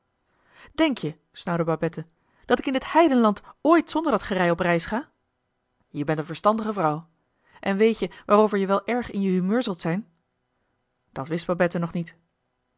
denk-je snauwde babette dat ik in dit heidenland ooit zonder dat gerei op reis ga je bent een verstandige vrouw en weet-je waarover je wel erg in je humeur zult zijn dat wist babette nog niet